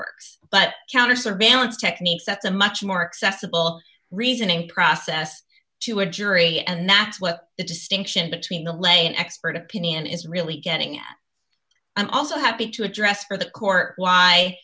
works but counter surveillance techniques that's a much more accessible reasoning process to a jury and that's what the distinction between the leg and expert opinion is really getting i'm also happy to address for the court why